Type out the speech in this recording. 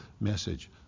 message